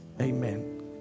Amen